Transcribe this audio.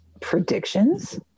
predictions